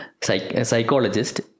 psychologist